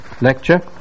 lecture